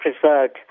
preserved